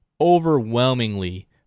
overwhelmingly